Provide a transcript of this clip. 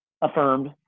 affirmed